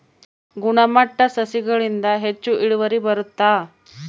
ಗುಣಮಟ್ಟ ಸಸಿಗಳಿಂದ ಹೆಚ್ಚು ಇಳುವರಿ ಬರುತ್ತಾ?